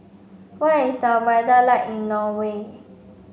what is the weather like in Norway